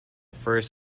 first